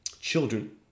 children